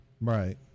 Right